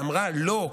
ואמרה: לא,